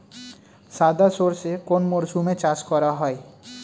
সাদা সর্ষে কোন মরশুমে চাষ করা হয়?